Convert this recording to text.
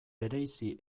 bereizi